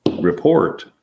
report